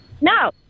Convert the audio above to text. No